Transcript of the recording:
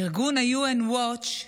ארגון UN Watch,